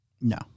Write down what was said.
No